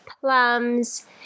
plums